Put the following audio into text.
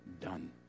done